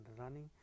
running